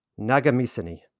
Nagamiseni